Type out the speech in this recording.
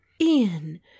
ian